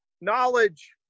knowledge